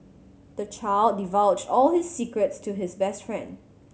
the child divulged all his secrets to his best friend